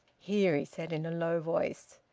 here! he said, in a low voice.